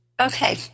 Okay